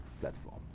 platform